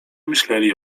myśleli